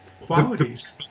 qualities